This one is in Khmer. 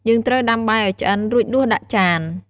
យើងត្រូវដាំបាយឱ្យឆ្អិន រួចដួសដាក់ចាន។